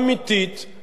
המדהימה,